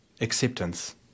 acceptance